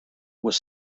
was